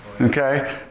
okay